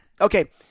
Okay